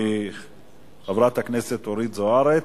וחברת הכנסת אורית זוארץ.